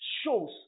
shows